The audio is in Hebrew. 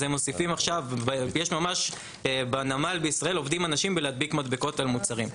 הם מוסיפים יש ממש בנמל בישראל עובדים אנשים בהדבקת מדבקות על מוצרים.